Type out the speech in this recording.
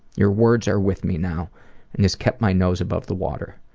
your words are with me now and this kept my nose above the water.